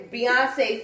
Beyonce